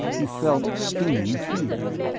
he felt stinging fear.